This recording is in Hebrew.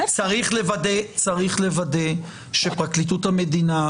צריך לוודא שפרקליטות המדינה,